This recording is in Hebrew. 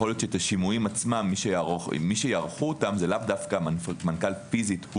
יכול להיות שמי שיערוך את השימועים הוא המנכ"ל פיזית.